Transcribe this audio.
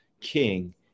king